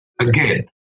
again